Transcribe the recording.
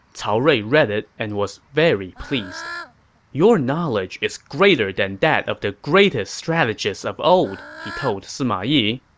cao rui read it and was very pleased your knowledge is greater than that of the greatest strategists of old, he told sima yi.